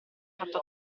fatto